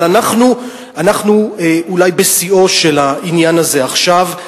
אבל אנחנו אולי בשיאו של העניין הזה עכשיו,